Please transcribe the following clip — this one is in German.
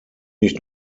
nicht